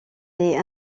est